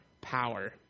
power